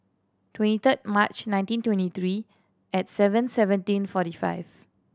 twenty third March nineteen twenty three eight seven seventeen forty five